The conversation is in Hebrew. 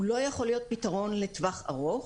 הוא לא יכול להיות פתרון לטווח ארוך,